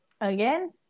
Again